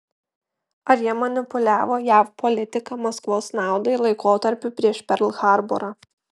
ar jie manipuliavo jav politika maskvos naudai laikotarpiu prieš perl harborą